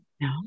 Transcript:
No